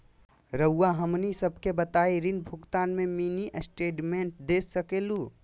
रहुआ हमनी सबके बताइं ऋण भुगतान में मिनी स्टेटमेंट दे सकेलू?